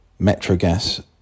Metrogas